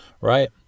Right